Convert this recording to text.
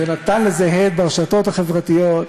ונתן לזה הד ברשתות החברתיות.